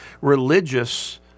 religious